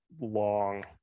long